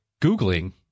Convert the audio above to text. Googling